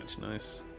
nice